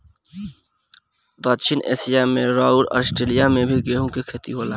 दक्षिण एशिया अउर आस्ट्रेलिया में भी गेंहू के खेती होला